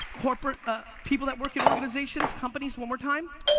corporate people that work in organizations, companies, one more time?